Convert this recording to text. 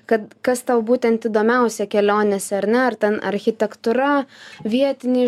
kad kas tau būtent įdomiausia kelionėse ar ne ar ten architektūra vietiniai